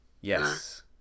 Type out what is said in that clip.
yes